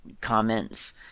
comments